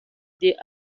they